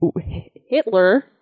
Hitler